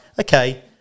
okay